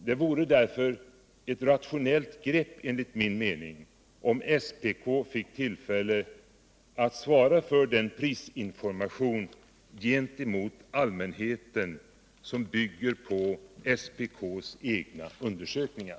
Dei vore därför enligt min mening ett rationellt grepp, om SPK finge villfälle att svara för den prisinformation till allmänheten som bygger på SPK:s egna undersökningar.